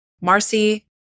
Marcy